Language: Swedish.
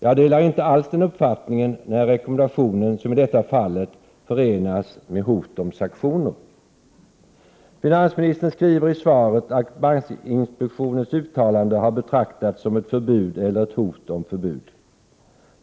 Jag delar inte alls den uppfattningen när rekommendationen som i detta fall förenas med hot om sanktioner. Finansministern skriver i svaret att bankinspektionens uttalande betraktats som ett förbud eller hot om förbud.